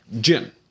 Jim